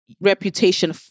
reputation